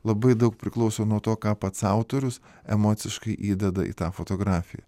labai daug priklauso nuo to ką pats autorius emociškai įdeda į tą fotografiją